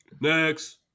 Next